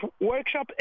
workshop